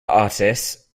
artists